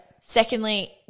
Secondly